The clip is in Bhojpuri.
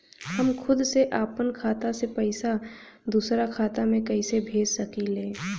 हम खुद से अपना खाता से पइसा दूसरा खाता में कइसे भेज सकी ले?